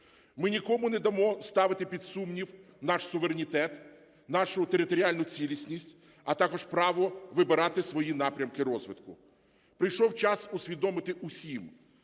Ми нікому не дамо ставити під сумнів наш суверенітет, нашу територіальну цілісність, а також право вибирати свої напрямки розвитку. Прийшов час усвідомити усім,